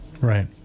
Right